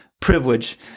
privilege